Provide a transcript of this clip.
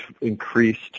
increased